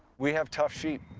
we have tough sheep.